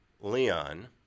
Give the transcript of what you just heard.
Leon